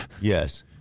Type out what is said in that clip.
Yes